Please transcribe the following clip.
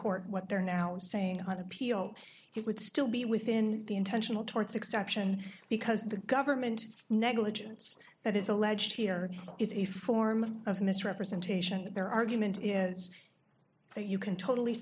court what they're now saying on appeal it would still be within the intentional torts exception because the government negligence that is alleged here is a form of misrepresentation that their argument is that you can totally